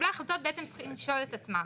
מקבלי ההחלטות צריכים לשאול את עצמם: